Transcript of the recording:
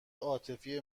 عاطفی